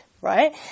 right